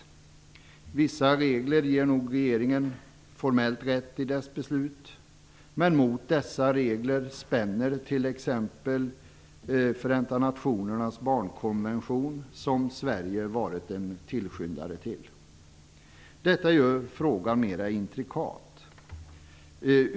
Vissa regler ger nog regeringen formellt rätt i dess beslut, men mot dessa regler spänner t.ex. Förenta nationernas barnkonvention, som Sverige varit tillskyndare till. Detta gör frågan mer intrikat.